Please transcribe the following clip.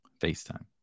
FaceTime